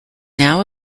now